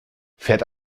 fährt